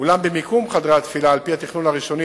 אולם במיקום חדרי התפילה על-פי התכנון הראשוני